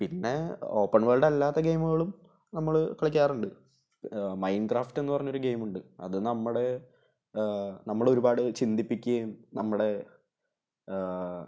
പിന്നെ open world അല്ലാത്ത ഗെയ്മുകളും നമ്മൾ കളിക്കാറുണ്ട് മൈൻഗ്രാഫ്റ്റ് എന്ന് പറഞ്ഞ ഒരു ഗെയിമുണ്ട് അത് നമ്മുടെ നമ്മൾ ഒരുപാട് ചിന്തിപ്പിക്കുകയും നമ്മുടെ